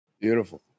Beautiful